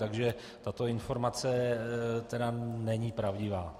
Takže tato informace tedy není pravdivá.